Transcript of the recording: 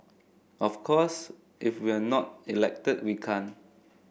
of course if we're not elected we can't